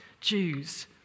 Jews